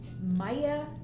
Maya